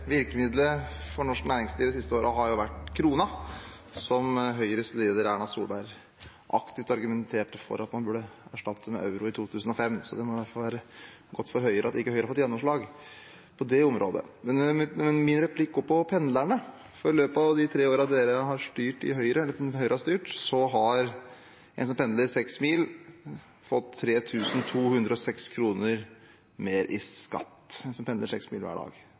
virkemiddelet for norsk næringsliv de siste årene har vært krona, som Høyres leder, Erna Solberg, aktivt argumenterte for at man burde erstatte med euro i 2005. Så det må i hvert fall være godt for Høyre at Høyre ikke har fått gjennomslag på det området. Min replikk dreier seg om pendlerne. De tre årene Høyre har styrt, har en som pendler seks mil, fått 3 206 kr mer i skatt – en som pendler seks mil hver dag.